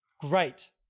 Great